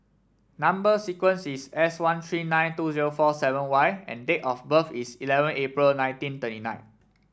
number sequence is S one three nine two zero four seven Y and date of birth is eleven April nineteen thirty nine